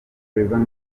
flavour